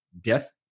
death